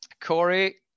Corey